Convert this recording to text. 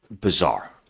bizarre